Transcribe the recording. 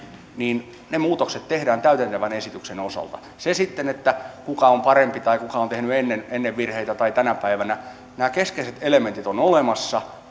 tehdään täydentävän esityksen osalta se sitten kuka on parempi tai kuka on tehnyt ennen ennen virheitä tai tänä päivänä nämä keskeiset elementit ovat olemassa